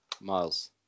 Miles